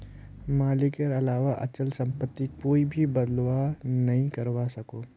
मालिकेर अलावा अचल सम्पत्तित कोई भी बदलाव नइ करवा सख छ